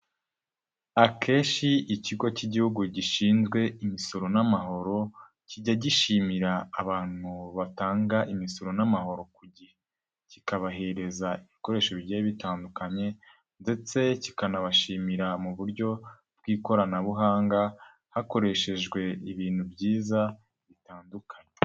Akenshi ikigo cy'igihugu gishinzwe imisoro n'amahoro kijya gishimira abantu batanga imisoro n'amahoro ku gihe. Kikabahereza ibikoresho bigiye bitandukanye ndetse kikanabashimira mu buryo bw'ikoranabuhanga hakoreshejwe ibintu byiza bitandukanye.